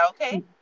Okay